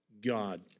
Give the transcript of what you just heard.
God